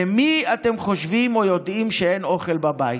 למי אתם חושבים או יודעים שאין אוכל בבית.